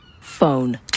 Phone